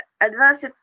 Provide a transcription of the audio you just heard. advanced